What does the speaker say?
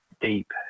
deep